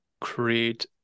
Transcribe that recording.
create